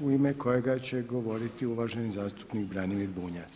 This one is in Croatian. u ime kojega će govoriti uvaženi zastupnik Branimir Bunjac.